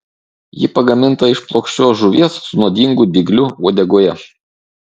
ji pagaminta iš plokščios žuvies su nuodingu dygliu uodegoje